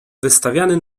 wystawiany